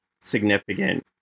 significant